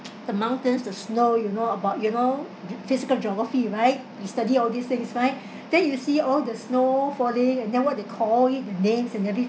the mountains the snow you know about you know phy~ physical geography right you study all these things right then you see all the snow falling and then what they call it the names and everything